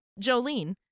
Jolene